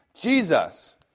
Jesus